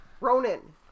Ronan